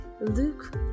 Luke